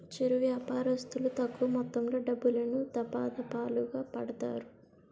చిరు వ్యాపారస్తులు తక్కువ మొత్తంలో డబ్బులను, దఫాదఫాలుగా పెడతారు